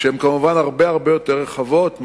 שהן כמובן הרבה יותר רחבות.